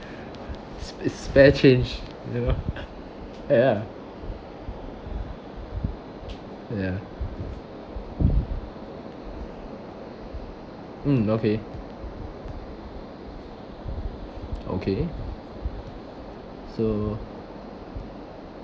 is is spare change you know ya ya mm okay okay so